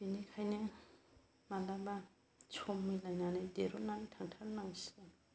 बेनिखायनो माब्लाबा सम मिलायनानै दिहुननानै थांथारनांसिगोन